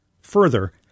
Further